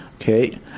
Okay